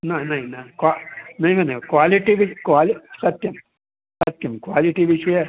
न नै न क्वा नैव नैव क्वालिटि वि क्वालि सत्यं सत्यं क्वालिटि विषये